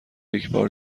یکبار